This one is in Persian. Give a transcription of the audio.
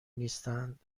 نیستند